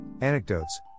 anecdotes